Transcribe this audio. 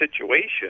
situation